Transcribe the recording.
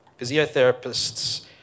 Physiotherapists